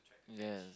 yes